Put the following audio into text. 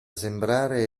sembrare